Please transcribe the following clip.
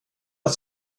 att